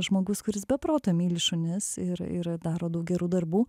žmogus kuris be proto myli šunis ir ir daro daug gerų darbų